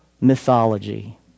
mythology